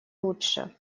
лучше